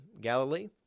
Galilee